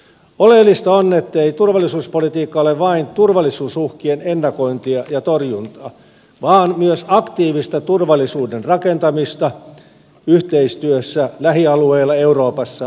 oleellista on ettei turvallisuuspolitiikka ole vain turvallisuusuhkien ennakointia ja torjuntaa vaan myös aktiivista turvallisuuden rakentamista yhteistyössä lähialueilla euroopassa ja globaalisti